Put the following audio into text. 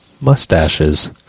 mustaches